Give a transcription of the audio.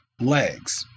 legs